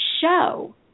show